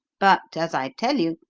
but, as i tell you,